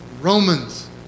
Romans